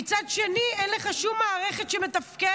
ומצד שני אין לך שום מערכת שמתפקדת?